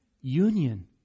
union